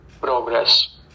progress